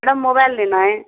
madam mobile लेना है